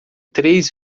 três